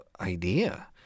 idea